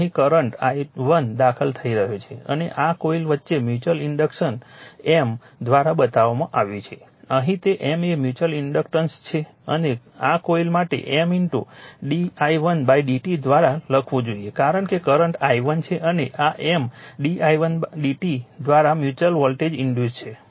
અહીં current i1 દાખલ થઈ રહ્યો છે અને આ કોઇલ વચ્ચે મ્યુચ્યુઅલ ઇન્ડક્ટન્સ M દ્વારા બતાવવામાં આવ્યું છે અહીં તે M એ મ્યુચ્યુઅલ ઇન્ડક્ટન્સ છે અને આ કોઇલ માટે M d i1 dt દ્વારા લખવું જોઈએ કારણ કે કરંટ i1 છે અને આ M d i1 dt દ્વારા મ્યુચ્યુઅલ વોલ્ટેજ ઇન્ડ્યુસ છે